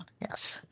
Yes